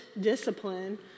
discipline